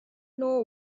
know